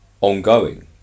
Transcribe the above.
ongoing